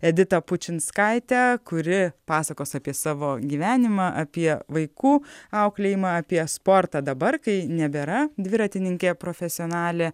editą pučinskaitę kuri pasakos apie savo gyvenimą apie vaikų auklėjimą apie sportą dabar kai nebėra dviratininkė profesionalė